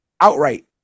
outright